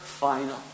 Final